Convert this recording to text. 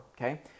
okay